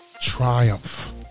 Triumph